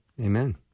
Amen